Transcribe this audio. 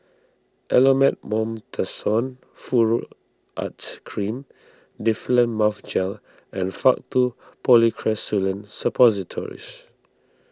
Elomet Mometasone Furoate Cream Difflam Mouth Gel and Faktu Policresulen Suppositories